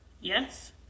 Yes